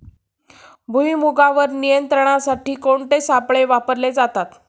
भुईमुगावर नियंत्रणासाठी कोणते सापळे वापरले जातात?